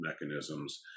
mechanisms